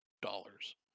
dollars